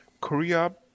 Korea